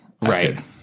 right